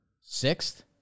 sixth